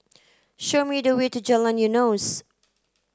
show me the way to Jalan Eunos